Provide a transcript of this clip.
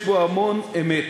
יש בו המון אמת,